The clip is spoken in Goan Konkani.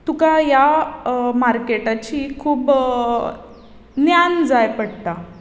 तुका ह्या मार्केटाची खूब ज्ञान जाय पडटा